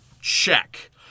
Check